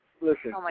Listen